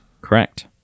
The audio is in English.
Correct